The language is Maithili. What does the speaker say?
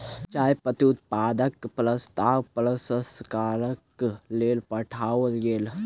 चाय पत्ती उत्पादनक पश्चात प्रसंस्करणक लेल पठाओल गेल